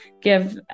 give